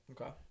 Okay